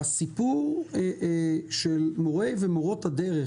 הסיפור של מורי ומורות הדרך